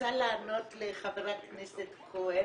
רוצה לענות לחבר הכנסת כהן,